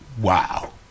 wow